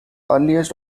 earliest